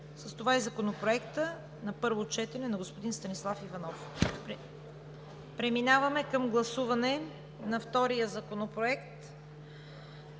с това – и Законопроектът на първо четене на господин Станислав Иванов. Преминаваме към гласуване на втория Законопроект